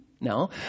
No